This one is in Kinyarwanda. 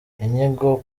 inyigo